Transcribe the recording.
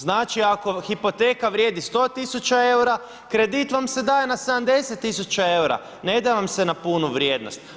Znači ako hipoteka vrijedi 100 tisuća eura, kredit vam se daje na 70 tisuća eura, ne daje vam se na punu vrijednost.